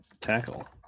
tackle